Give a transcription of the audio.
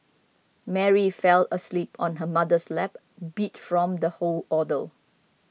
Mary fell asleep on her mother's lap beat from the whole ordeal